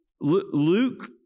Luke